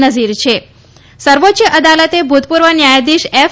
નઝીર છિં સર્વોચ્ય અદાલતે ભૂતપૂર્વ ન્યાયાધીશ એફ